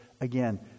again